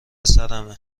سرمه